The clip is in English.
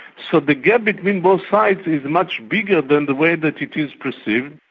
so the gap between both sides is much bigger than the way that it is perceived.